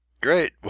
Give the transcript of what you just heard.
great